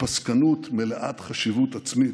בפסקנות מלאת חשיבות עצמית,